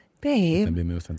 Babe